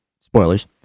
spoilers